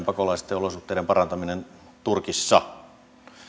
pakolaisten olosuhteiden parantaminen turkissa